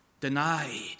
denied